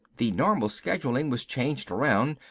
the normal scheduling was changed around,